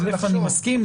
אני מסכים.